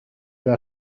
إلى